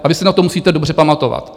A vy se na to musíte dobře pamatovat.